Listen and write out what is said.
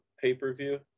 pay-per-view